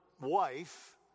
wife